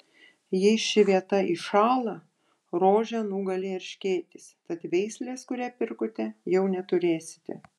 jei ši vieta iššąla rožę nugali erškėtis tad veislės kurią pirkote jau neturėsite